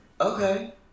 okay